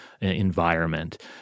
environment